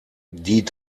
die